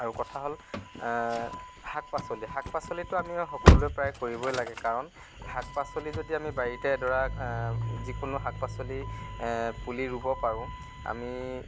আৰু কথা হ'ল শাক পাচলি শাক পাচলিতো আমি সকলোৱে প্ৰায় কৰিবই লাগে কাৰণ শাক পাচলি যদি আমি বাৰীতে এডৰা যিকোনো শাক পাচলিৰ পুলি ৰুব পাৰোঁ আমি